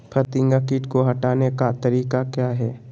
फतिंगा किट को हटाने का तरीका क्या है?